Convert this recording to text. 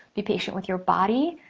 be patient with your body.